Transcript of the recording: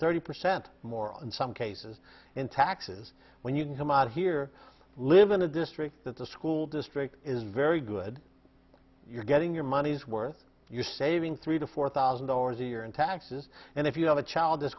thirty percent more in some cases in taxes when you come out here live in a district that the school district is very good you're getting your money's worth you're saving three to four thousand dollars a year in taxes and if you have a child